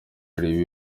babiri